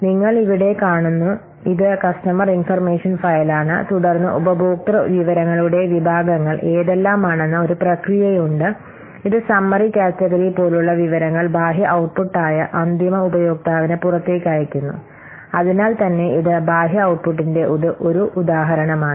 നിങ്ങൾ ഇവിടെ കാണുന്നു ഇത് കസ്റ്റമർ ഇൻഫർമേഷൻ ഫയലാണ് തുടർന്ന് ഉപഭോക്തൃ വിവരങ്ങളുടെ വിഭാഗങ്ങൾ ഏതെല്ലാമാണെന്ന് ഒരു പ്രക്രിയയുണ്ട് ഇത് സമ്മറി കാറ്റഗറി പോലുള്ള വിവരങ്ങൾ ബാഹ്യ ഔട്ട്പുട്ടായ അന്തിമ ഉപയോക്താവിന് പുറത്തേക്ക് അയയ്ക്കുന്നു അതിനാൽത്തന്നെ ഇത് ബാഹ്യ ഔട്ട്പുട്ടിന്റെ ഒരു ഉദാഹരണമാണ്